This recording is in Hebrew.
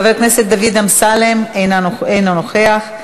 חבר הכנסת דוד אמסלם, אינו נוכח.